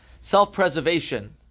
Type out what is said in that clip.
self-preservation